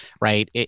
right